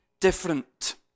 different